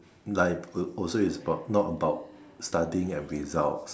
life uh also is about not about studying and results